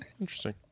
Interesting